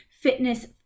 fitness